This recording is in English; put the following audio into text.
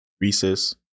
Recess